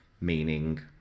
meaning